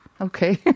Okay